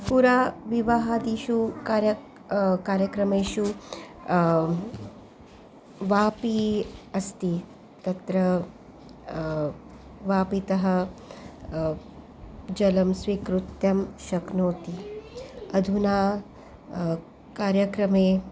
पुरा विवाहादिषु कार्यक् कार्यक्रमेषु वापिः अस्ति तत्र वापितः जलं स्वीकृत्य शक्नोति अधुना कार्यक्रमे